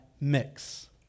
mix